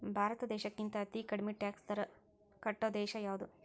ಭಾರತ್ ದೇಶಕ್ಕಿಂತಾ ಅತೇ ಕಡ್ಮಿ ಟ್ಯಾಕ್ಸ್ ದರಾ ಕಟ್ಟೊ ದೇಶಾ ಯಾವ್ದು?